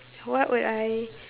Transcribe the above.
what would I